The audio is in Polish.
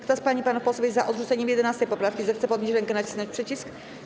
Kto z pań i panów posłów jest za odrzuceniem 11. poprawki, zechce podnieść rękę i nacisnąć przycisk.